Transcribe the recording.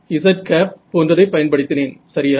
rz போன்றதை பயன்படுத்தினேன் சரியா